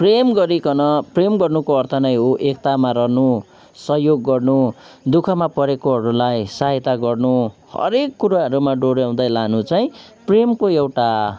प्रेम गरिकन प्रेम गर्नुको अर्थ नै हो एकतामा रहनु सहयोग गर्नु दुःखमा परेकोहरूलाई सहायता गर्नु हरेक कुराहरूमा डोऱ्याउँदै लानु चाहिँ प्रेमको एउटा